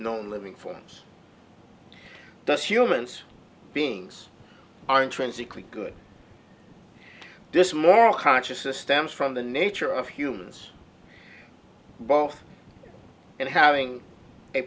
known living forms does humans beings are intrinsically good this moral consciousness stems from the nature of humans both in having a